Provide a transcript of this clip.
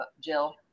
jill